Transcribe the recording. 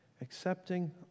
Accepting